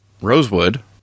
Rosewood